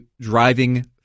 driving